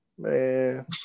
Man